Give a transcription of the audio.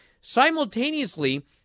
simultaneously